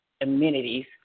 amenities